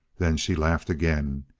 then she laughed again.